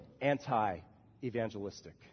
anti-evangelistic